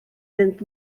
fynd